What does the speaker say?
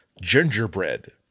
gingerbread